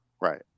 Right